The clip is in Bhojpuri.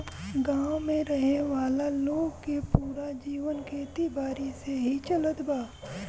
गांव में रहे वाला लोग के पूरा जीवन खेती बारी से ही चलत बा